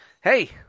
Hey